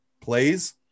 plays